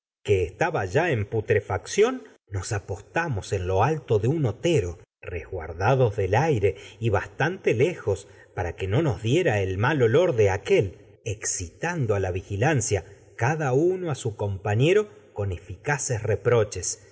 un ba ya en putrefacción nos apostamos en y lo alto de para a otero no nos resguardados del diera el mal olor aire de bastante lejos excitando que aquél la aigilancia cada uno a su compañero con eficaces reproches